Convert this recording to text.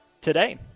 today